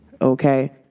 okay